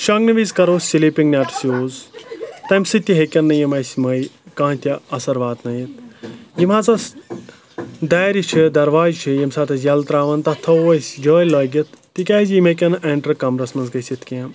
شونٛگنہٕ وِزِ کَرو sleeping nets use تَمہِ سۭتۍ تہِ ہیٚکن نہٕ یِم اَسہِ مٔہۍ کانٛہہ تہِ اَثَر وَاتنٲیِتھ یِم حظ ٲس دارِ چھِ دَرواز چھِ ییٚمہِ ساتہٕ أسۍ یَلہٕ ترٛاوَان تَتھ تھاوَو أسۍ جٲلۍ لٲگِتھ تِکیازِ یِم ہیٚکن نہٕ اؠنٹرٕ کَمرَس منٛز گٔژھِتھ کینٛہہ